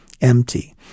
empty